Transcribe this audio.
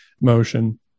motion